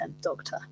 Doctor